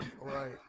right